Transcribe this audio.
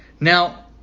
Now